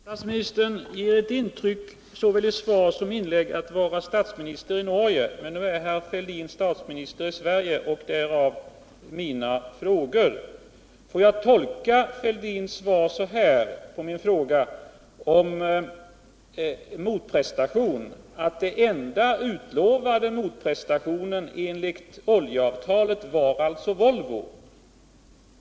Herr talman! Statsministern ger ett intryck av, såväl i svaret som i sina inlägg, att vara statsminister i Norge, men nu är herr Fälldin det i Sverige och därav mina frågor. Får jag tolka herr Fälldins svar på min fråga om motprestation så att den enda utlovade motprestationen enligt oljeavtalet var Volvo.